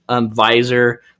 visor